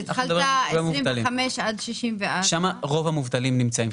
אז התחלת ב-25 עד 64. שם רוב המובטלים נמצאים,